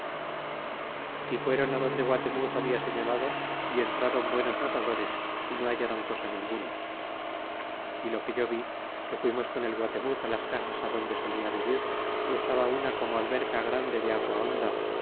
y fueron adonde guatemuz habla señalado y entraron buenos nadadores y no hallaron cosa ninguna y lo que yo vi que fuimos con el guatemuz las casas adonde solia vivir y estaba una como alberca grande de agua